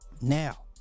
now